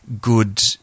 good